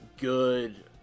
good